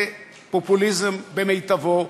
זה פופוליזם במיטבו,